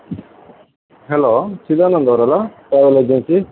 hello Chidananda ಅವರಲ್ಲ travel agency